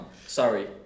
Sorry